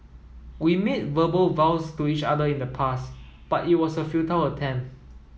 we made verbal vows to each other in the past but it was a futile attempt